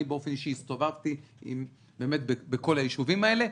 אני, באופן אישי, הסתובבתי בכל היישובים האלה.